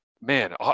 man